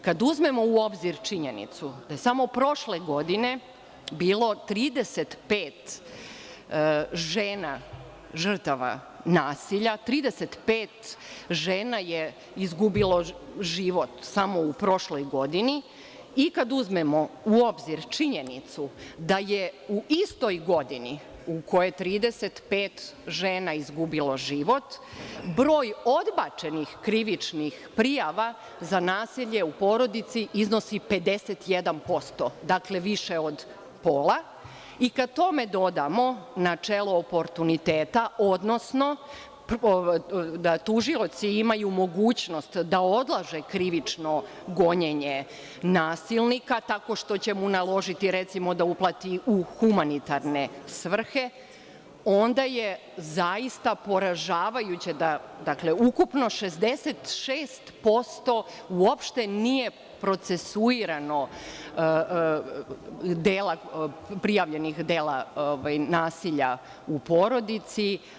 Kada uzmemo u obzir činjenicu da je samo prošle godine bilo 35 žena žrtava nasilja, 35 žena je izgubilo život samo u prošloj godini i kada uzmemo u obzir činjenicu da u istoj godini u kojoj je 35 žena izgubilo život broj odbačenih krivičnih prijava za nasilje u porodici iznosi 51%, dakle, više od pola, i kada tome dodamo načelo oportuniteta, odnosno da tužioci imaju mogućnost da odlože krivično gonjenje nasilnika tako što će mu naložiti, recimo, da uplati u humanitarne svrhe, onda je zaista poražavajuće da ukupno 66% uopšte nije procesuirano prijavljenih dela nasilja u porodici.